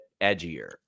edgier